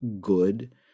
good